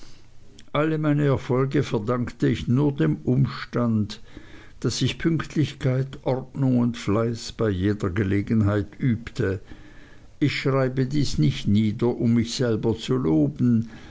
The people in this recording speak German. alle meine erfolge verdankte ich nur dem umstand daß ich pünktlichkeit ordnung und fleiß bei jeder gelegenheit übte ich schreibe dies nicht nieder um mich selbst zu loben